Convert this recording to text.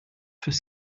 fürs